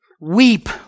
weep